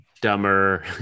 dumber